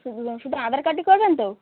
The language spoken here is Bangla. শুধু শুধু আধার কার্ডই করবেন তো